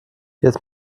jetzt